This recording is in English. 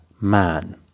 man